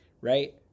right